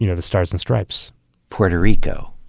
you know the stars and stripes. puerto rico,